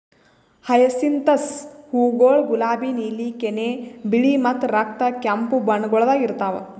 hyacinthus ಹೂವುಗೊಳ್ ಗುಲಾಬಿ, ನೀಲಿ, ಕೆನೆ, ಬಿಳಿ ಮತ್ತ ರಕ್ತ ಕೆಂಪು ಬಣ್ಣಗೊಳ್ದಾಗ್ ಇರ್ತಾವ್